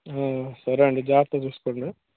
సరే అండీ జాగ్రత్తగా చూసుకోండి